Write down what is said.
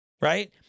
right